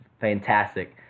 fantastic